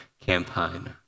campaign